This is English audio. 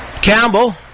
Campbell